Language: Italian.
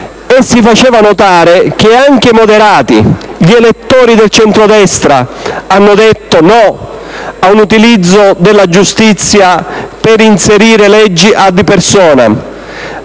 e si faceva notare che anche i moderati, gli elettori del centrodestra, hanno detto no a un utilizzo del Parlamento per inserire leggi *ad personam*